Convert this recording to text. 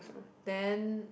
then